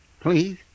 Please